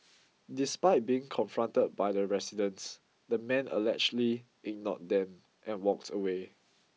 despite being confronted by the residents the man allegedly ignored them and walked away